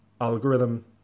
algorithm